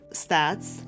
stats